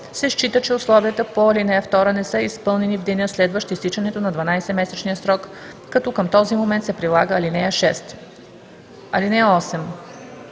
се счита, че условията по ал. 2 не са изпълнени в деня, следващ изтичането на 12-месечния срок, като към този момент се прилага ал. 6. (8)